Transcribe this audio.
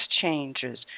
changes